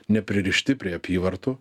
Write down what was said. nepririšti prie apyvartų